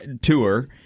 Tour